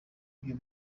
ibyo